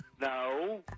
No